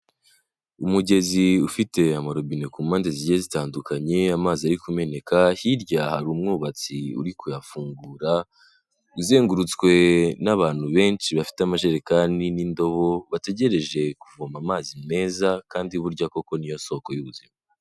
Umugezi ufite amarobine ku mpande zigiye zitandukanye, amazi ari kumeneka, hirya hari umwubatsi uri kuyafungura, uzengurutswe n'abantu benshi bafite amajerekani n'indobo, bategereje kuvoma amazi meza, kandi burya koko ni yo soko y'ubuzima.